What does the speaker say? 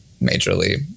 majorly